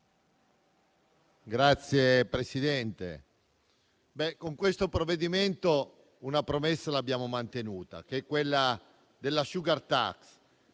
Signor Presidente, con questo provvedimento una promessa l'abbiamo mantenuta, che è quella della *sugar tax*.